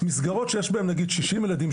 מסגרות שיש בהן נניח שישים ילדים,